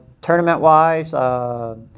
Tournament-wise